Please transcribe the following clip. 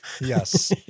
Yes